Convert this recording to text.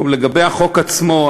טוב, לגבי החוק עצמו.